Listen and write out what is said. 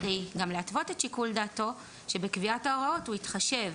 כדי גם להתוות את שיקול דעתו שבקביעת ההוראות הוא יתחשב